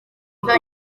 kuba